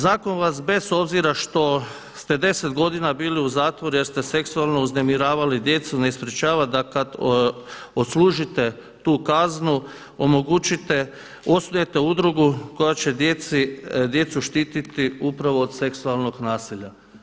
Zakon vas bez obzira što ste 10 godina bili u zatvoru jer ste seksualno uznemiravali djecu ne sprječava da kada odslužite tu kaznu, omogućite, osnujete udrugu koja će djecu štiti upravo od seksualnog nasilja.